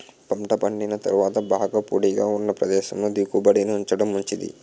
పంట పండిన తరువాత బాగా పొడిగా ఉన్న ప్రదేశంలో దిగుబడిని ఉంచడం మంచిది